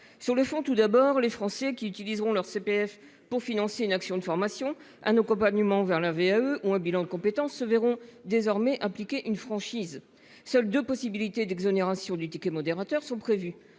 sur le fond, tout d'abord les Français qui utiliseront leur CPF pour financer une action de formation à nos copains Mans vers la VAE ont un bilan de compétence se verront désormais appliquer une franchise seuls de possibilités d'exonération du ticket modérateur sont prévues